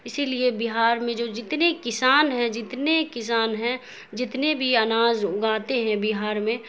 اسی لیے بہار میں جو جتنے کسان ہیں جتنے کسان ہیں جتنے بھی اناج اگاتے ہیں بہار میں